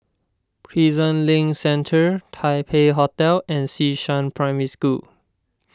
Prison Link Centre Taipei Hotel and Xishan Primary School